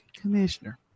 commissioner